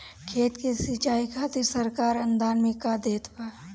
खेत के सिचाई खातिर सरकार अनुदान में का देत बा?